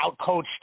outcoached